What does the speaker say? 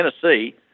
Tennessee